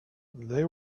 they